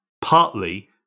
partly